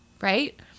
Right